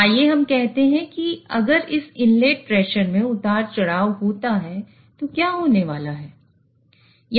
तो आइए हम कहते हैं कि अगर इस इनलेट प्रेशर में उतार चढ़ाव होता है तो क्या होने वाला है